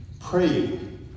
praying